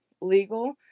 legal